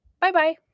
Bye-bye